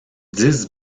dix